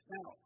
Now